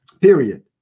period